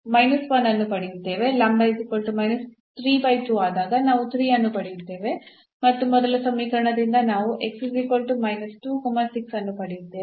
ಆದಾಗ ನಾವು 3 ಅನ್ನು ಪಡೆಯುತ್ತೇವೆ ಮತ್ತು ಮೊದಲ ಸಮೀಕರಣದಿಂದ ನಾವು ಅನ್ನು ಪಡೆಯುತ್ತೇವೆ